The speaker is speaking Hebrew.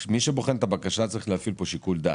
מי שבוחן את הבקשה צריך להפעיל פה שיקול דעת,